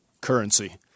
Currency